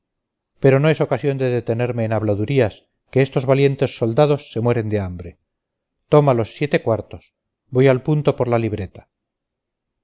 pero no es ocasión de detenerme en habladurías que estos valientes soldados se mueren de hambre toma los siete cuartos voy al punto por la libreta